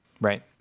Right